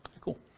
Cool